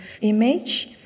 image